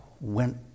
went